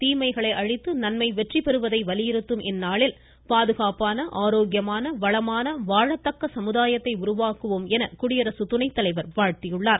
தீமைகளை அழித்து நன்மை வெற்றி பெறுவதை வலியுறுத்தும் இந்நாளில் பாதுகாப்பான ஆரோக்கியமான வளமான வாழத்தக்க சமுதாயத்தை உருவாக்குவோம் என குடியரசுத்துணைத்தலைவர் வாழ்த்தியுள்ளார்